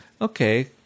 okay